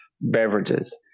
beverages